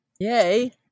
Yay